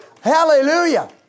Hallelujah